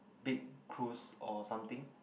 big cruise or something